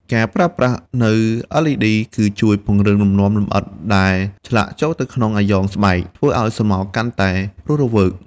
ចំពោះការផ្លាស់ប្តូរមកប្រើភ្លើង LED បានជួយឱ្យល្ខោនស្រមោលរបស់ខ្មែរសម្របខ្លួនទៅនឹងទស្សនិកជន និងទីកន្លែងបច្ចុប្បន្ន។